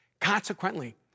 Consequently